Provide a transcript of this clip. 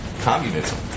communism